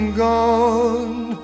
gone